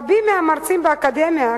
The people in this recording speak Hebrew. רבים מהמרצים באקדמיה,